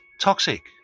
toxic